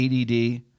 ADD